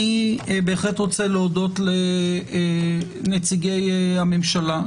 אני בהחלט רוצה להודות לנציגי הממשלה,